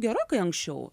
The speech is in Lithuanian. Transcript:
gerokai anksčiau